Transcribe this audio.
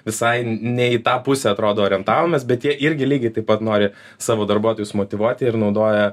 visai ne į tą pusę atrodo orientavomės bet jie irgi lygiai taip pat nori savo darbuotojus motyvuoti ir naudoja